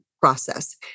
process